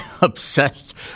obsessed